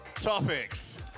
topics